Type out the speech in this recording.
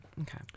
Okay